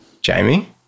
Jamie